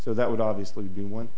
so that would obviously be one